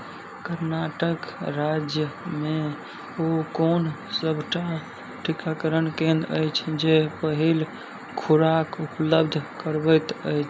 कर्नाटक राज्यमे ओ कोन सभटा टीकाकरण केन्द्र अछि जे पहिल खुराक उपलब्ध करबैत अछि